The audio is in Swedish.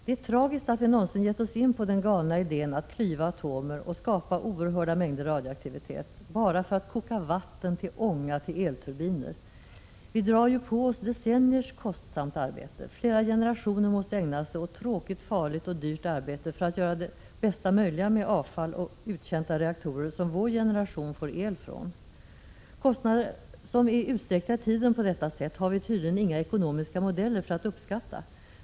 Det är tragiskt att vi någonsin gett oss in på den galna idén att klyva atomer och skapa oerhörda mängder radioaktivitet, bara för att koka vatten till ånga till elturbiner! Vi drar ju på oss decenniers kostsamt arbete. Flera generationer måste ägna sig åt tråkigt, farligt och dyrt arbete för att göra det bästa möjliga med avfall och uttjänta reaktorer, som vår generation får el ifrån. Kostnader som är utsträckta i tiden på detta sätt har vi tydligen inga ekonomiska modeller för att uppskatta.